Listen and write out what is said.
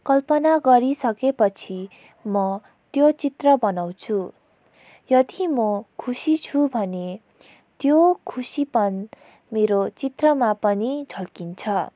कल्पना गरि सकेपछि म त्यो चित्र बनाउँछु यदि मो खुसी छु भने त्यो खुसीपन मेरो चित्रमा पनि झल्किन्छ